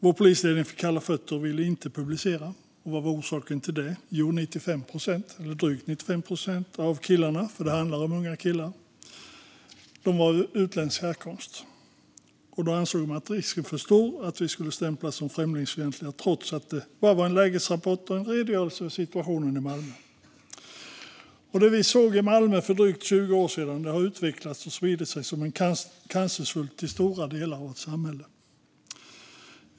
Vår polisledning fick kalla fötter och ville inte publicera rapporten. Vad var orsaken till det? Drygt 95 procent av killarna - för det handlar om unga killar - var av utländsk härkomst. Man ansåg därför att risken var för stor att vi skulle stämplas som främlingsfientliga, trots att det bara var en lägesrapport och en redogörelse för situationen i Malmö. Det vi såg i Malmö för drygt 20 år sedan har utvecklats och spridit sig som en cancersvulst till stora delar av vårt samhälle.